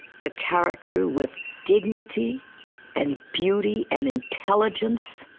a character with dignity and beauty and intelligence?